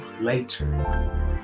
later